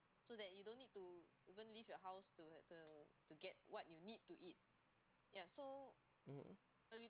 mm